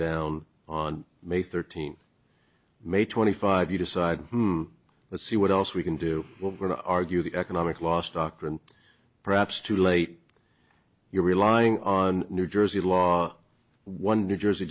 down on may thirteenth may twenty five you decide to see what else we can do to argue the economic loss doctrine perhaps too late you're relying on new jersey law one new jersey